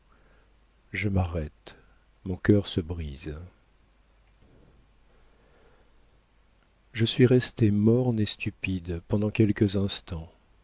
je m'arrête mon cœur se brise je suis restée morne et stupide pendant quelques instants